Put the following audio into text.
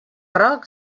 roc